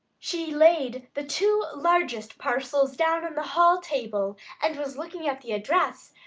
she laid the two largest parcels down on the hall-table and was looking at the address,